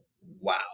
wow